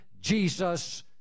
Jesus